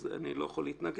אז אני לא יכול להתנגד.